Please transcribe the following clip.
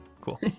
cool